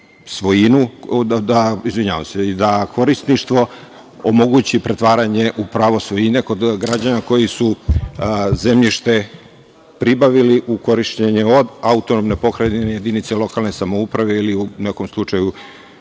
da korisništvo omogući pretvaranje u pravo svojine kod građana koji su zemljište pribavili u korišćenje od autonomne pokrajine, jedinice lokalne samouprave ili od Republike